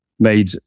made